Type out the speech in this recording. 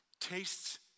tastes